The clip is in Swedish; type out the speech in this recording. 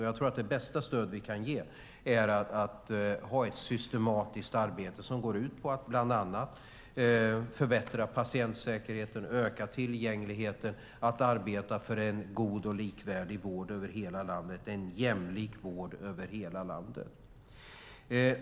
Jag tror att det bästa stöd vi kan ge är att ha ett systematiskt arbete som går ut på att bland annat förbättra patientsäkerheten, öka tillgängligheten och arbeta för en god och likvärdig vård över hela landet, en jämlik vård över hela landet.